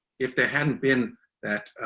if there hadn't been that,